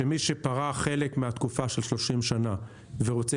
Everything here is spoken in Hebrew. שמי שפרע חלק מהתקופה של 30 שנה ורוצה